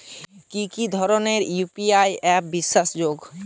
কি কি ধরনের ইউ.পি.আই অ্যাপ বিশ্বাসযোগ্য?